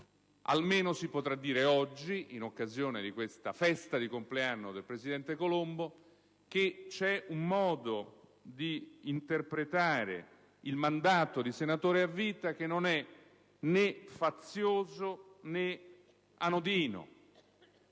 almeno oggi si potrà dire, in occasione della festa di compleanno del presidente Colombo, che c'è un modo di interpretare il mandato di senatore a vita che non è né fazioso né anodino.